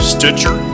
Stitcher